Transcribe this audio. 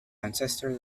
ancestor